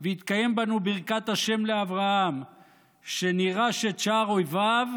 ותתקיים בנו ברכת השם לאברהם שנירש את שער אויבינו,